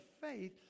faith